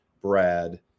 Brad